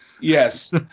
Yes